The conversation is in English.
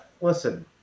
listen